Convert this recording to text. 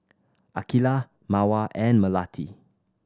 Aqeelah Mawar and Melati